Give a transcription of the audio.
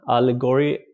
Allegory